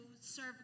serve